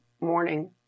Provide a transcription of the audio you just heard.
morning